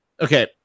Okay